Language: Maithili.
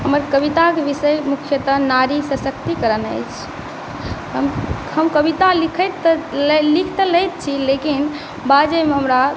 हमर कविताके विषय मुख्यतः नारी सशक्तिकरण अछि हम हम कविता लिखै तऽ लै लिखि तऽ लै छी लेकिन बाजैमे हमरा